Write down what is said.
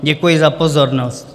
Děkuji za pozornost.